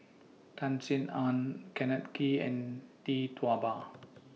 Tan Sin Aun Kenneth Kee and Tee Tua Ba